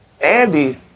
Andy